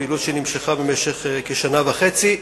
פעילות שנמשכה כשנה וחצי.